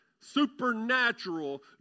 supernatural